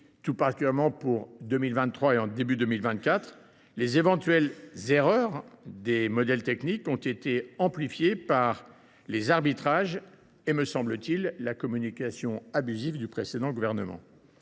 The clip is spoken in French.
tout particulièrement en 2023 et au début de 2024, les éventuelles erreurs des modèles techniques ont été amplifiées par les arbitrages et, me semble t il, la communication abusive du précédent gouvernement.